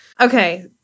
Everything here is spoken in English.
Okay